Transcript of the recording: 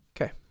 Okay